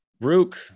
Rook